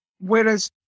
whereas